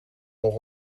nog